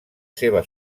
seva